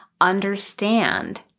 understand